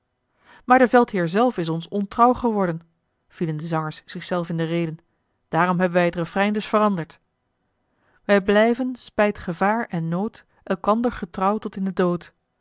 maar de veldheer zelf is ons ongetrouw geworden vielen de zangers zich zelf in de rede daarom hebben wij het refrein dùs veranderd wij blijven spijt gevaar en nood elkander getrouw tot in den dood